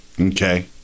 Okay